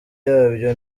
yabyo